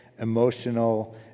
emotional